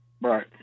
Right